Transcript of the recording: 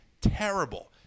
Terrible